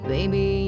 Baby